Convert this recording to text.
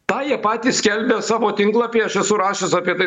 tą jie patys skelbia savo tinklapy aš esu rašęs apie tai